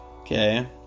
Okay